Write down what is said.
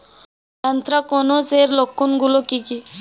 Anthracnose এর লক্ষণ গুলো কি কি?